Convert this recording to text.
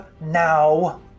now